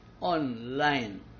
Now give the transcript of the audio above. online